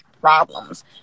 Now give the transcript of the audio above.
problems